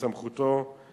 תקדים מסוכן מאוד,